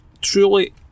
truly